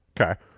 Okay